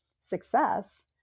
success